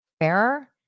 Fairer